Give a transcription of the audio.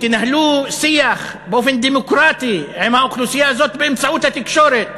תנהלו שיח באופן דמוקרטי עם האוכלוסייה הזאת באמצעות התקשורת.